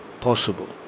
possible